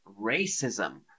racism